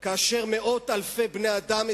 כאשר מאות אלפי בני-אדם,